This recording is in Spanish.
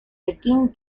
pekín